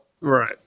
Right